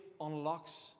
unlocks